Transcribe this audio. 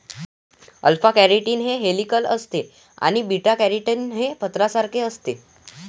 alpha keratin हे helical असते आणि बीटा केराटीन हे पत्र्यासारखे असते